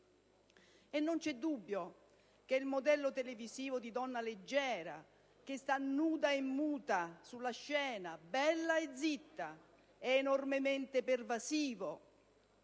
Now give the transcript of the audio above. Non c'è dubbio che il modello televisivo di donna leggera, che sta nuda e muta sulla scena, bella e zitta, è enormemente pervasivo,